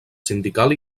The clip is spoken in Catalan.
sindical